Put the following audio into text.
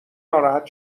ناراحت